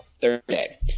Thursday